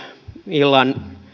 illan